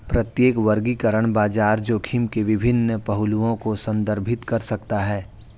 प्रत्येक वर्गीकरण बाजार जोखिम के विभिन्न पहलुओं को संदर्भित कर सकता है